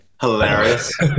hilarious